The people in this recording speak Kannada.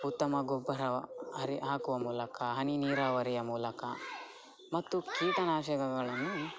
ಉತ್ತಮ ಗೊಬ್ಬರ ಹಾಕುವ ಮೂಲಕ ಹನಿ ನೀರಾವರಿಯ ಮೂಲಕ ಮತ್ತು ಕೀಟನಾಶಕಗಳನ್ನು